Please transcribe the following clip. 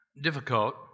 difficult